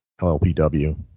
LLPW